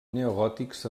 neogòtics